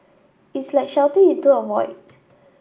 is like shouting into a void